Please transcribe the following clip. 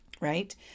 right